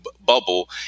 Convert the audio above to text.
bubble